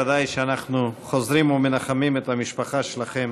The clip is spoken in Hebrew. ודאי שאנחנו חוזרים ומנחמים את המשפחה שלכם